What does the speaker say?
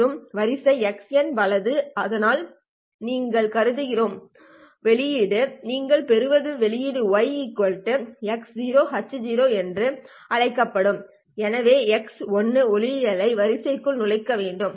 மற்றும் வரிசை x வலது அதனால் தான் நாங்கள் கருதுகிறோம் வெளியீட்டில் நீங்கள் பெறுவது வெளியீட்டு y x h என்று அழைப்போம் எனவே x ஒளியலை வரிசைக்குள் நுழைக்க வேண்டும்